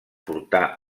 portà